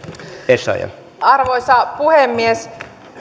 arvoisa puhemies